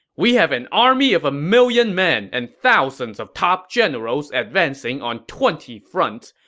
we have an army of a million men and thousands of top generals advancing on twenty fronts.